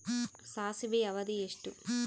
ಸಾಸಿವೆಯ ಅವಧಿ ಎಷ್ಟು?